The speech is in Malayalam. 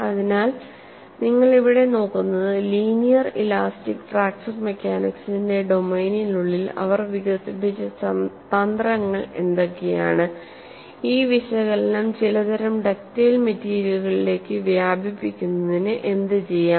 അതിനാൽ നിങ്ങൾ ഇവിടെ നോക്കുന്നത് ലീനിയർ ഇലാസ്റ്റിക് ഫ്രാക്ചർ മെക്കാനിക്സിന്റെ ഡൊമെയ്നിനുള്ളിൽ അവർ വികസിപ്പിച്ച തന്ത്രങ്ങൾ എന്തൊക്കെയാണ് ഈ വിശകലനം ചിലതരം ഡക്റ്റൈൽ മെറ്റീരിയലുകളിലേക്ക് വ്യാപിപ്പിക്കുന്നതിന് എന്ത് ചെയ്യാം